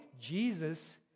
Jesus